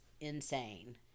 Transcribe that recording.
insane